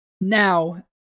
Now